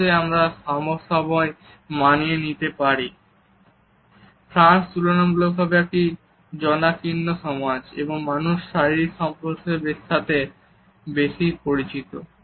অবশ্যই আমরা সবসময় মানিয়ে নিতে পারি ফ্রান্স তুলনামূলকভাবে একটি ঘনবসতিপূর্ণ সমাজ এবং মানুষ শারীরিক সংস্পর্শের সাথে বেশি পরিচিত